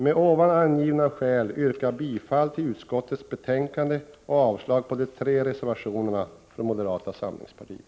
Med de angivna skälen yrkar jag bifall till utskottets hemställan och avslag på de tre reservationerna från moderata samlingspartiet.